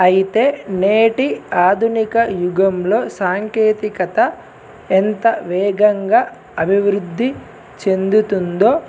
అయితే నేటి ఆధునిక యుగంలో సాంకేతికత ఎంత వేగంగా అభివృద్ధి చెందుతుందో